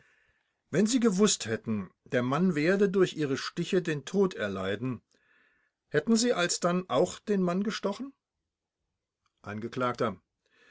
wenn sie gewußt hätten der mann werde durch ihre stiche den tod erleiden hätten sie alsdann auch den mann gestochen